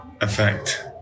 effect